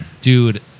Dude